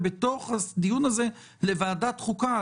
ובתוך הדיון הזה לוועדת החוקה,